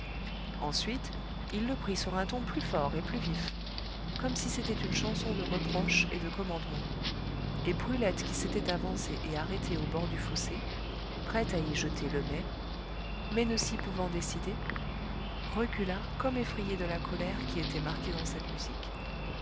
ensuite il le prit sur un ton plus fort et plus vif comme si c'était une chanson de reproche et de commandement et brulette qui s'était avancée et arrêtée au bord du fossé prête à y jeter le mai mais ne s'y pouvant décider recula comme effrayée de la colère qui était marquée dans cette musique